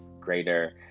greater